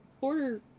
Order